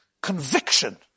Conviction